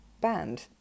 banned